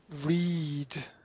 read